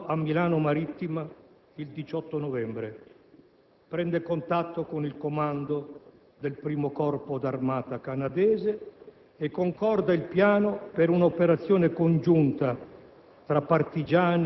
attraccando a Milano Marittima il 18 novembre. Prende contatto con il comando del 1° Corpo d'armata canadese e concorda il piano per un'operazione congiunta